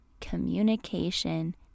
communication